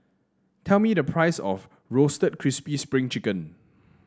tell me the price of Roasted Crispy Spring Chicken